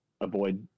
avoid